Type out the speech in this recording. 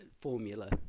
formula